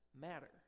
matter